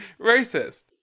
racist